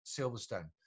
Silverstone